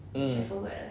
mm